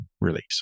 release